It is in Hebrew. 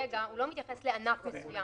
כרגע בחוק מופיע שמנהל רשות המיסים יכול